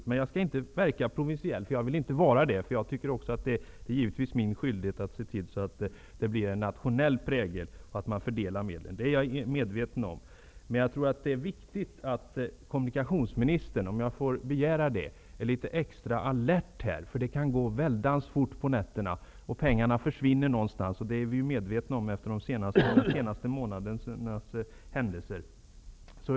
Jag vill emellertid inte verka provinsiell, därför att jag inte vill vara det. Det är givetvis min skyldighet att se till att det blir en nationell prägel på fördelningen av medel, och det är jag medveten om. Men jag tror att det är viktigt att kommunikationsministern -- om jag får begära det -- är litet extra alert här. Det kan gå väldans fort på nätterna, och pengarna försvinner någonstans. Det är vi medvetna om efter de senaste månadernas händelser.